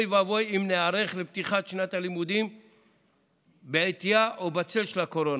אוי ואבוי אם ניערך לפתיחת שנת הלימודים בעטייה או בצילה של הקורונה.